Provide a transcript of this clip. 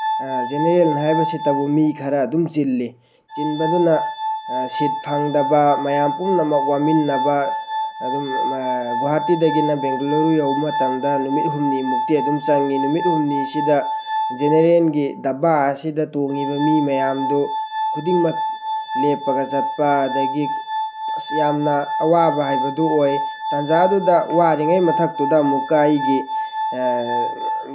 general ꯍꯥꯏꯕꯁꯤꯇꯕꯨ ꯃꯤ ꯈꯔ ꯑꯗꯨꯝ ꯆꯤꯜꯂꯤ ꯆꯤꯟꯕꯗꯨꯅ ꯁꯤꯠ ꯐꯪꯗꯕ ꯃꯌꯥꯝ ꯄꯨꯝꯅꯃꯛ ꯋꯥꯃꯤꯟꯅꯕ ꯑꯗꯨꯝ ꯒꯣꯍꯥꯇꯤꯗꯒꯤꯅ ꯕꯦꯡꯒꯂꯔꯨ ꯌꯧ ꯃꯇꯝꯗ ꯅꯨꯃꯤꯠ ꯍꯨꯝꯅꯤꯃꯨꯛꯇꯤ ꯑꯗꯨꯝ ꯆꯪꯏ ꯅꯨꯃꯤꯠ ꯍꯨꯝꯅꯤꯁꯤꯗ ꯖꯦꯅꯦꯔꯦꯟꯒꯤ ꯗꯕꯥ ꯑꯁꯤꯗ ꯇꯣꯡꯏꯕ ꯃꯤ ꯃꯌꯥꯝꯗꯨ ꯈꯨꯗꯤꯡꯃꯛ ꯂꯦꯞꯄꯒ ꯆꯠꯄ ꯑꯗꯒꯤ ꯑꯁ ꯌꯥꯝꯅ ꯑꯋꯥꯕ ꯍꯥꯏꯕꯗꯨ ꯑꯣꯏ ꯇꯟꯖꯥ ꯑꯗꯨꯗ ꯋꯥꯔꯤꯉꯩ ꯃꯊꯛꯇꯨꯗ ꯑꯃꯨꯛꯀ ꯑꯩꯒꯤ